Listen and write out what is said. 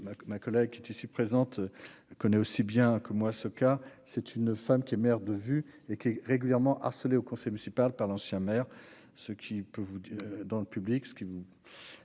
ma collègue qui était si présente connaît aussi bien que moi ce cas c'est une femme qui est maire de vue étaient régulièrement harcelés au conseil municipal par l'ancien maire, ce qui peut vous dans le public,